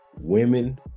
women